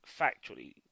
factually